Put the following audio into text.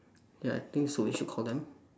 ya I think so we should call them